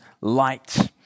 light